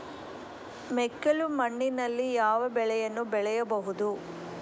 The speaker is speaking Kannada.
ಮೆಕ್ಕಲು ಮಣ್ಣಿನಲ್ಲಿ ಯಾವ ಬೆಳೆಯನ್ನು ಬೆಳೆಯಬಹುದು?